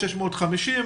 650,